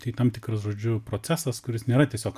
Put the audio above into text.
tai tam tikras žodžiu procesas kuris nėra tiesiog